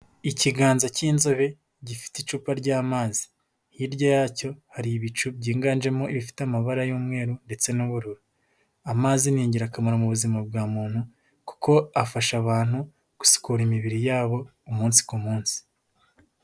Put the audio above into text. Ikiganza cy'inzobe gifite icupa ry'amazi, hirya yacyo hari ibicu byiganjemo, ibifite amabara y'umweru ndetse n'ubururu, amazi ni ingirakamaro mu buzima bwa muntu kuko afasha abantu gusukura imibiri yabo, umunsi ku munsi.